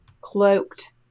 cloaked